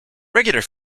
regular